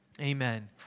amen